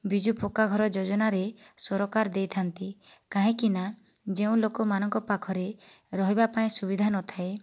ବିଜୁ ପକ୍କା ଘର ଯୋଜନାରେ ସରକାର ଦେଇଥାନ୍ତି କାହିଁକି ନା ଯେଉଁ ଲୋକମାନଙ୍କ ପାଖରେ ରହିବା ପାଇଁ ସୁବିଧା ନଥାଏ